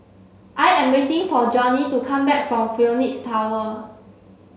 I am waiting for Jonnie to come back from Phoenix Tower